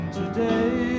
today